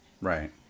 Right